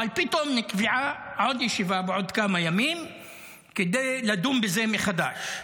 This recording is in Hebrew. אבל פתאום נקבעה עוד ישיבה בעוד כמה ימים כדי לדון בזה מחדש.